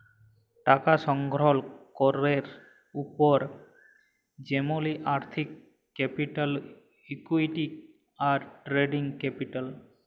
টাকা সংগ্রহল ক্যরের উপায় যেমলি আর্থিক ক্যাপিটাল, ইকুইটি, আর ট্রেডিং ক্যাপিটাল